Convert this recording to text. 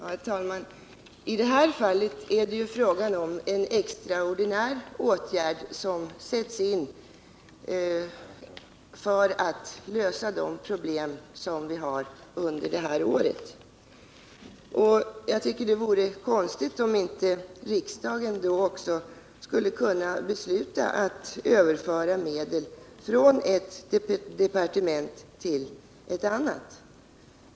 Herr talman! I detta fall är det fråga om en extraordinär åtgärd som sätts in för att lösa de problem som vi har under det här året. Jag tycker det vore konstigt om inte riksdagen då också skulle kunna besluta att överföra medel från ett departement till ett annat.